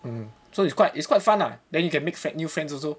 um so it's quite it's quite fun lah then you can make new friends also